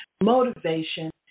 motivation